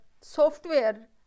software